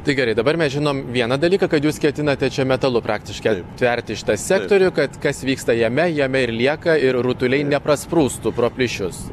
tai gerai dabar mes žinom vieną dalyką kad jūs ketinate čia metalu praktiškai aptverti šitą sektorių kad kas vyksta jame jame ir lieka ir rutuliai neprasprūstų pro plyšius